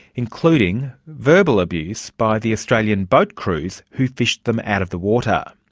including verbal abuse by the australian boat crews who fished them out of the water.